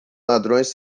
ladrões